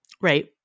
Right